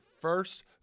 first